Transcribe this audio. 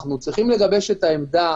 אנחנו צריכים לגבש את העמדה.